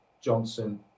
Johnson